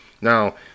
Now